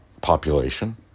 population